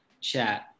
chat